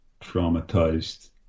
traumatized